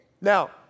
Now